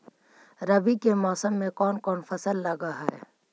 रवि के मौसम में कोन कोन फसल लग है?